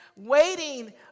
waiting